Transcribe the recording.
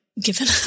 given